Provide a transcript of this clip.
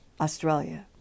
Australia